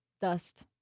Dust